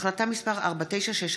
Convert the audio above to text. החלטה מס' 4961,